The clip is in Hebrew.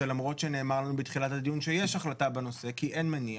למרות שנאמר לנו בתחילת הדיון שיש החלטה בנושא כי אין מניעה.